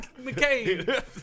McCain